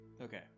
Okay